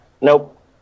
Nope